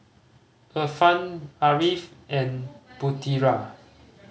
Irfan Ariff and Putera